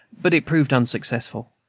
but it proved unsuccessful.